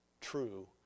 true